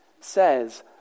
says